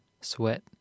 Sweat